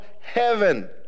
heaven